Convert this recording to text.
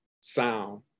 sound